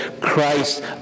Christ